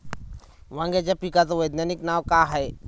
वांग्याच्या पिकाचं वैज्ञानिक नाव का हाये?